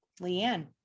Leanne